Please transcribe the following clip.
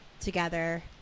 together